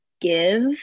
give